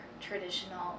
traditional